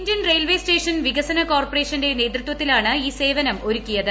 Indian railway station വികസന കോർപ്പറേഷന്റെ നേതൃത്വത്തിലാണ് ഈ സേവനം ഒരുക്കിയത്